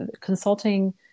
Consulting